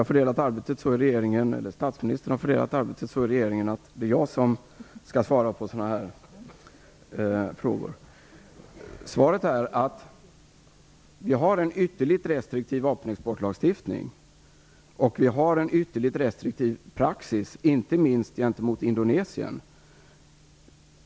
Fru talman! Statsministern har fördelat arbetet så i regeringen, att det är jag som skall svara på sådana frågor. Svaret är att vi har en ytterligt restriktiv vapenexportlagstiftning. Vi har en ytterligt restriktiv praxis inte minst gentemot Indonesien.